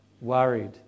worried